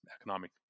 economic